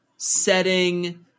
setting